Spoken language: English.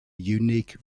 unique